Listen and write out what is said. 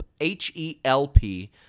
H-E-L-P